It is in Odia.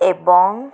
ଏବଂ